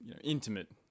intimate